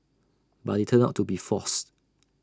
but IT turned out to be false